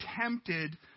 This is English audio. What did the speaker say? tempted